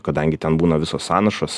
kadangi ten būna visos sąnašos